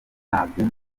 ntabyo